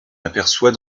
aperçoit